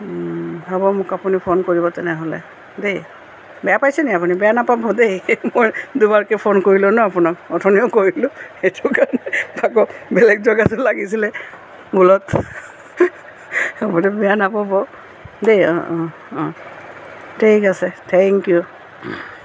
হ'ব আপুনি মোক ফোন কৰিব তেনেহ'লে দেই বেয়া পাইছে নি আপুনি বেয়া নাপাব দেই মোৰ দুবাৰকৈ ফোন কৰিলোঁ ন আপোনাক অথনিও কৰিলোঁ সেইটো কাৰণে আকৌ বেলেগ জেগাটো লাগিছিলে ভুলত আপুনি বেয়া নাপাব দেই অঁ অঁ অঁ ঠিক আছে থ্যেংক ইউ